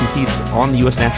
he's on the u s. and